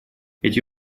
эти